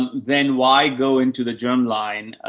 then why go into the germ line, ah,